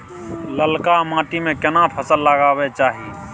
ललका माटी में केना फसल लगाबै चाही?